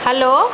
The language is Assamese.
হেল্ল'